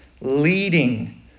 leading